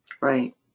Right